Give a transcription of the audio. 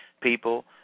people